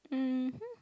mmhmm